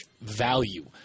value